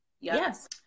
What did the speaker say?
yes